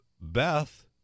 Beth